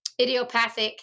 idiopathic